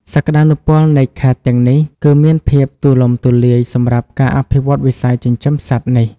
សក្តានុពលនៃខេត្តទាំងនេះគឺមានភាពទូលំទូលាយសម្រាប់ការអភិវឌ្ឍវិស័យចិញ្ចឹមសត្វនេះ។